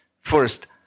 First